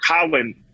Colin